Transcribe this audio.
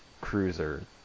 cruiser